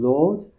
Lord